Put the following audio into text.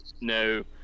No